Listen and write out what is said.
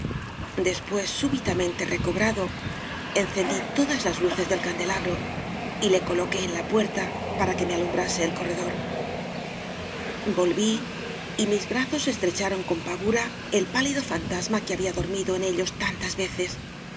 pués súbitamente recobrado encendí todas las luces del candelabro y le coloqué en la puerta para que me alumbrase el corredor volví y mis brazos estrecharon con pavura el pálido fantasma que había dormido en ellos tantas veces